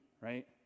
right